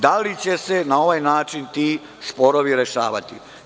Da li će se na ovaj način ti sporovi rešavati?